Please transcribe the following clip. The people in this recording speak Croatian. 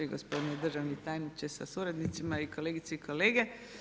Gospodine državni tajniče sa suradnicima i kolegice i kolege.